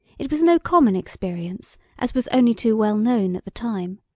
it was no common experience, as was only too well known at the time.